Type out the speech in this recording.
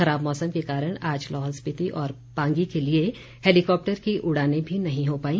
खराब मौसम के कारण आज लाहौल स्पीति और पांगी के लिए हैलीकॉप्टर की उड़ानें भी नहीं हो पाई